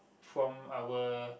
from our